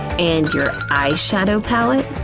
and your eyeshadow palette?